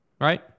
right